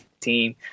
team